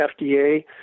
FDA